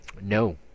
no